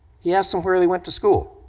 he asked them where they went to school.